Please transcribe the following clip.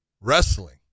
wrestling